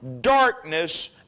darkness